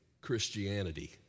Christianity